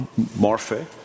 morphe